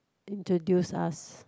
introduce us